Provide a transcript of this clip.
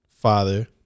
father